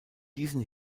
diesen